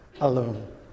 alone